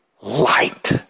light